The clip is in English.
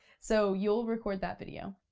so you'll record that video.